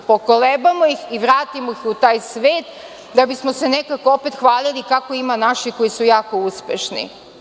Pokolebamo ih i vratimo ih u taj svet da bismo se opet nekako hvalili kako ima naših koji su jako uspešni.